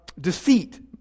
deceit